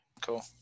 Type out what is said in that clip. cool